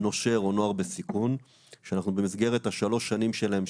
נושר או נוער בסיכון שאנחנו במסגרת השלוש שנים שלהם,